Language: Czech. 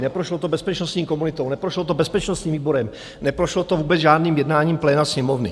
Neprošlo to bezpečnostní komunitou, neprošlo to bezpečnostním výborem, neprošlo to vůbec žádným jednáním pléna Sněmovny.